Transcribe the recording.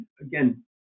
again